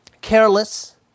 careless